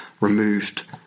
removed